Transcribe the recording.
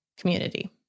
community